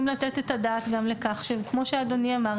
לתת את הדעת גם לכך שכמו שאדוני אמר,